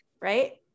Right